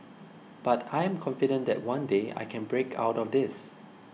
but I am confident that one day I can break out of this